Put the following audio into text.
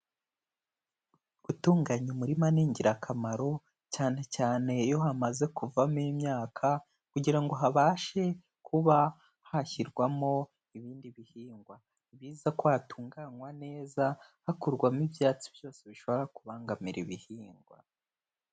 Gutunganya umurima ni ingirakamaro cyane cyane iyo hamaze kuvamo imyaka kugira ngo habashe kuba hashyirwamo ibindi bihingwa, ni byiza ko hatunganywa neza, hakurwamo ibyatsi byose bishobora kubangamira ibihingwa.